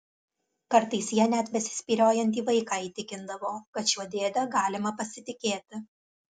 kartais ja net besispyriojantį vaiką įtikindavo kad šiuo dėde galima pasitikėti